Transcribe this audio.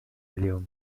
اليوم